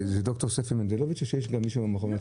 ד"ר ספי מנדלוביץ או שיש גם מישהו מהמכון עצמו?